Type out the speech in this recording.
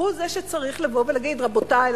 הוא זה שצריך לבוא ולהגיד: רבותי,